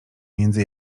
między